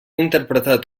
interpretat